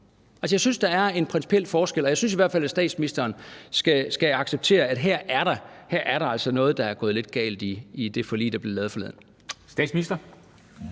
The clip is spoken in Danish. Jeg synes, det er en principiel forskel, og jeg synes i hvert fald, at statsministeren skal acceptere, at der altså er noget, der er gået lidt galt i det forlig, der blev lavet forleden. Kl.